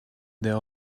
there